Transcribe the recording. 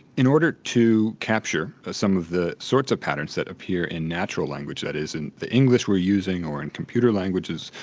in order to capture some of the sorts of patterns that appear in natural language, that is, in the english we're using or in computer languages,